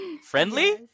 friendly